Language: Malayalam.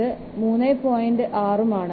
6 ഉം ആണ്